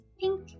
pink